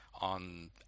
on